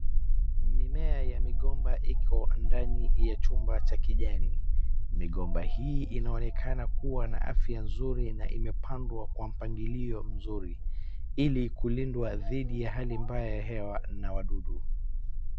Mimea ya migomba iko ndani ya chupa cha kijani. Migomba hii inaonekana kuwa na afya nzuri na imepandwa kwa mpangilio mzuri ili kulindwa dhidi ya hali mbaya ya hewa na wadudu.